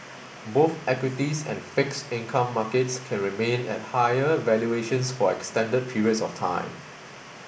both equities and fixed income markets can remain at higher valuations for extended periods of time